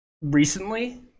recently